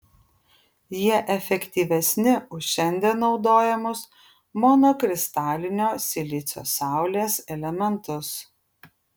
jie efektyvesni už šiandien naudojamus monokristalinio silicio saulės elementus